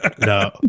No